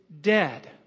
dead